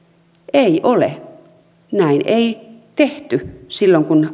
ei ole näin ei tehty silloin kun